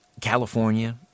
California